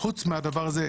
מפורסם.